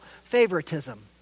favoritism